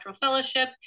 fellowship